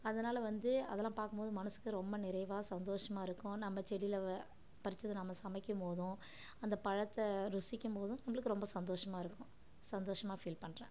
அதனால வந்து அதெல்லாம் பார்க்கும் போது மனசுக்கு ரொம்ப நிறைவாக சந்தோசமாக இருக்கும் நம்ம செடியில் பறிச்சதை நம்ம சமைக்கும் போதும் அந்த பழத்தை ருசிக்கும் போதும் நம்மளுக்கு ரொம்ப சந்தோசமாக இருக்கும் சந்தோசமாக ஃபீல் பண்ணுறேன்